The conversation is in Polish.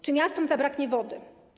Czy miastom zabraknie wody?